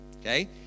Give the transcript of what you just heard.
Okay